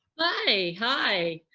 hi, hi!